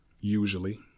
usually